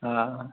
हँ